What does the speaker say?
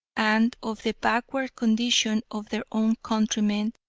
and of the backward condition of their own countrymen,